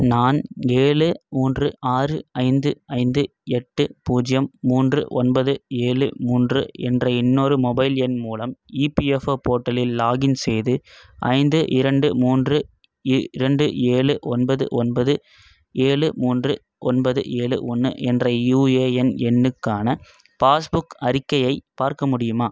நான் ஏழு மூன்று ஆறு ஐந்து ஐந்து எட்டு பூஜ்ஜியம் மூன்று ஒன்பது ஏழு மூன்று என்ற இன்னொரு மொபைல் எண் மூலம் இபிஎஃப்ஓ போர்ட்டலில் லாகின் செய்து ஐந்து இரண்டு மூன்று இரண்டு ஏழு ஒன்பது ஒன்பது ஏழு மூன்று ஒன்பது ஏழு ஒன்று என்ற யுஏஎன் எண்ணுக்கான பாஸ்புக் அறிக்கையை பார்க்க முடியுமா